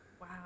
Wow